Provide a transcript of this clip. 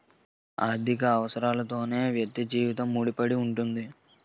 ఆర్థిక అవసరాలతోనే వ్యక్తి జీవితం ముడిపడి ఉంటుంది